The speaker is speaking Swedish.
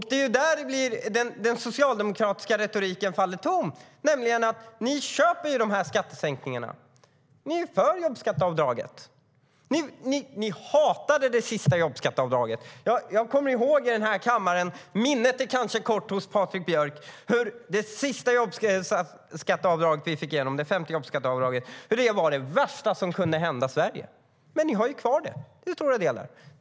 Det är här den socialdemokratiska retoriken faller tom. Ni köper nämligen skattesänkningarna, och ni är för jobbskatteavdraget. Ni hatade det sista jobbskatteavdraget. Minnet är kanske kort hos Patrik Björck, men jag kommer ihåg hur det var i den här kammaren när vi fick igenom det sista och femte jobbskatteavdraget. Det var det värsta som kunde hända Sverige, tyckte ni. Men ni har kvar det till stora delar.